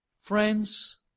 Friends